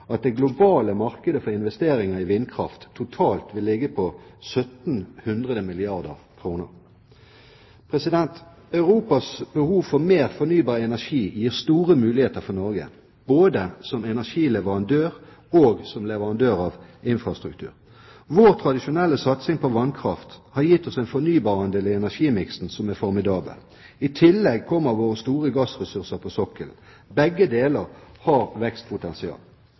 at det globale markedet for investeringer i vindkraft totalt vil ligge på 1 700 milliarder kr. Europas behov for mer fornybar energi gir store muligheter for Norge, både som energileverandør og som leverandør av infrastruktur. Vår tradisjonelle satsing på vannkraft har gitt oss en fornybarandel i energimiksen som er formidabel. I tillegg kommer våre store gassressurser på sokkelen. Begge deler har et vekstpotensial.